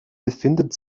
befindet